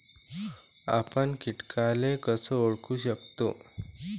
आपन कीटकाले कस ओळखू शकतो?